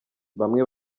bamwe